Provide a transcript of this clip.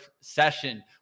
session